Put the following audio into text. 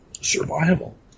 survival